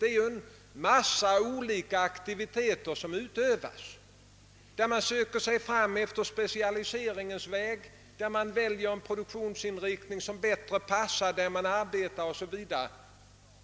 Det är en massa olika aktiviteter som utövas, varvid man söker sig fram efter specialiseringens väg, väljer en bättre produktionsinriktning o.s.v.